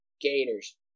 gators